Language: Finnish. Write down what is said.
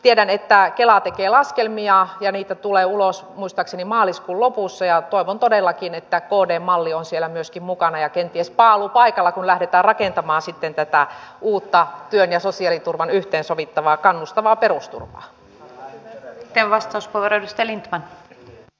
tiedän että kela tekee laskelmia ja niitä tulee ulos muistaakseni maaliskuun lopussa ja toivon todellakin että kdn malli on siellä myöskin mukana ja kenties paalupaikalla kun lähdetään rakentamaan sitten tätä uutta työn ja sosiaaliturvan yhteensovittavaa kannustavaa perusturvaa